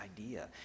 idea